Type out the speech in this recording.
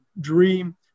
dream